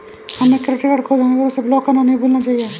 हमें credit card खो जाने पर उसे ब्लॉक करना नहीं भूलना चाहिए